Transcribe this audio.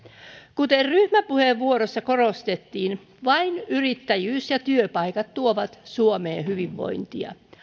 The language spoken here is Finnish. kuten ryhmäpuheenvuorossa korostettiin vain yrittäjyys ja työpaikat tuovat suomeen hyvinvointia